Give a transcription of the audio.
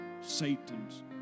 Satan's